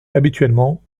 habituellement